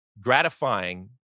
gratifying